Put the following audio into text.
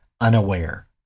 unaware